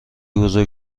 بزرگ